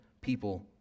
people